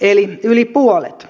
eli yli puolet